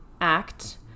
act